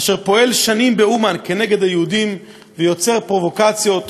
אשר פועל שנים באומן כנגד היהודים ויוצר פרובוקציות יום-יום,